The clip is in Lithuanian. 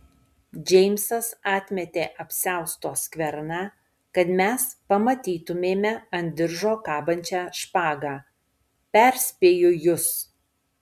džeimsas atmetė apsiausto skverną kad mes pamatytumėme ant diržo kabančią špagą perspėju jus